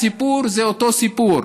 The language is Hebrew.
הסיפור זה אותו סיפור: